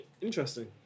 Interesting